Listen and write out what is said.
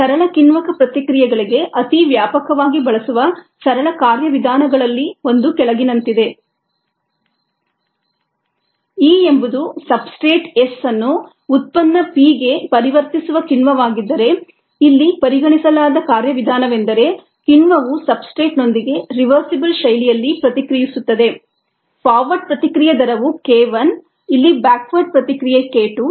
ಸರಳ ಕಿಣ್ವಕ ಪ್ರತಿಕ್ರಿಯೆಗಳಿಗೆ ಅತೀ ವ್ಯಾಪಕವಾಗಿ ಬಳಸುವ ಸರಳ ಕಾರ್ಯವಿಧಾನಗಳಲ್ಲಿ ಒಂದು ಕೆಳಗಿನಂತಿದೆ E ಎಂಬುದು ಸಬ್ಸ್ಟ್ರೇಟ್ S ಅನ್ನು ಉತ್ಪನ್ನ P ಗೆ ಪರಿವರ್ತಿಸುವ ಕಿಣ್ವವಾಗಿದ್ದರೆ ಇಲ್ಲಿ ಪರಿಗಣಿಸಲಾದ ಕಾರ್ಯವಿಧಾನವೆಂದರೆ ಕಿಣ್ವವು ಸಬ್ಸ್ಟ್ರೇಟ್ನೊಂದಿಗೆ ರಿವರ್ಸಿಬಲ್ ಶೈಲಿಯಲ್ಲಿ ಪ್ರತಿಕ್ರಿಯಿಸುತ್ತದೆ ಫಾರ್ವರ್ಡ್ ಪ್ರತಿಕ್ರಿಯೆ ದರವು k1 ಇಲ್ಲಿ ಬ್ಯಾಕ್ವಾರ್ಡ್ ಪ್ರತಿಕ್ರಿಯೆ k2